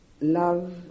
love